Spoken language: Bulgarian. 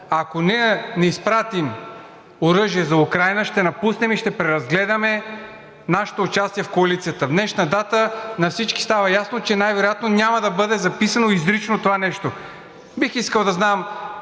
ние не изпратим оръжие за Украйна, ще напуснем и ще преразгледаме нашето участие в коалицията.“ В днешна дата на всички става ясно, че най-вероятно няма да бъде записано изрично това нещо. Бих искал да знам: